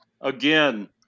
again